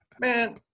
Man